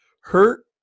hurt